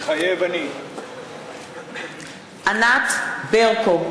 מתחייב אני ענת ברקו,